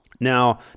Now